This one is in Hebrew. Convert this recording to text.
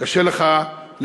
קשה לך לשכנע